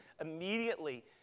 immediately